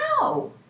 No